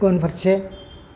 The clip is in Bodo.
उनफारसे